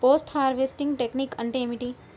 Post harvesting technique అంటే ఏమిటీ?